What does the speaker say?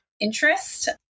Interest